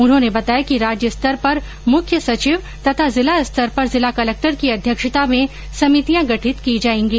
उन्होंने बताया कि राज्य स्तर पर मुख्य सचिव तथा जिला स्तर पर जिला कलेक्टर की अध्यक्षता में समितियां गठित की जाएंगी